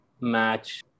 match